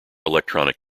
electronic